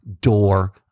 door